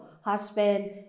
husband